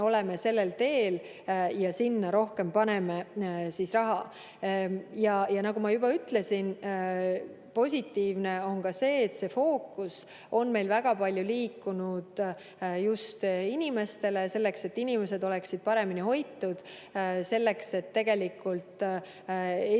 oleme sellel teel ja paneme sinna rohkem raha. Ja nagu ma juba ütlesin, positiivne on ka see, et fookus on meil väga palju liikunud just inimestele, selleks et inimesed oleksid paremini hoitud, selleks et inimesed